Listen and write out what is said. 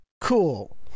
Cool